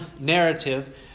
narrative